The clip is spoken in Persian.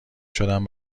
شدم